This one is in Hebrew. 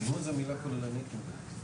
"ניהול" היא מילה כוללנית מדי.